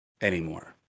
anymore